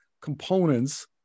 components